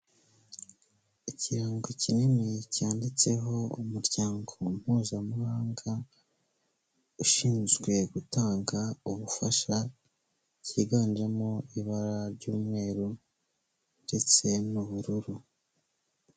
Ikirango kinini cyanditseho Umuryango Mpuzamahanga Ushinzwe Gutanga Ubufasha cyiganjemo ibara ry'umweru ndetse n'ubururu.